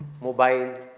mobile